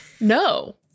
No